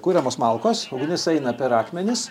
kuriamos malkos ugnis eina per akmenis